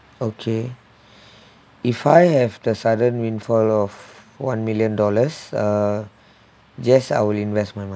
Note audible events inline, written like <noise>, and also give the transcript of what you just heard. okay <breath> if I have the sudden windfall of one million dollars uh just I'll invest my